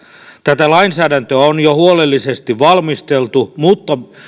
tätä lainsäädäntöä on jo huolellisesti valmisteltu mutta